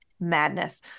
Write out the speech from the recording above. madness